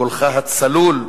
קולך הצלול,